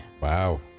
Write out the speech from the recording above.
wow